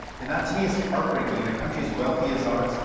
and that to me is heartbreaking in a country as wealthy as ours.